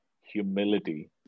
humility